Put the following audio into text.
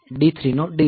D3 નો delay